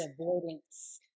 Avoidance